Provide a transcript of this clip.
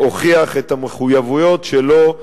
הוכיח את המחויבויות שלו,